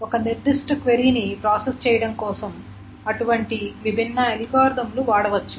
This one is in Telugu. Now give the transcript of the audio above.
ఒక నిర్దిష్ట క్వరీని ప్రాసెస్ చెయ్యటంకోసం అటువంటి విభిన్న అల్గోరిథంలు వాడవచ్చు